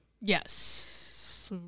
Yes